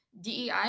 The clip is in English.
DEI